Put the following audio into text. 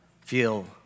feel